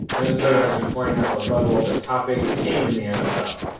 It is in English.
minnesota has been playing at the level of a top eight team in the nfl.